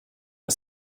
der